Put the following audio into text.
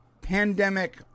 pandemic